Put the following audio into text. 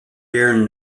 during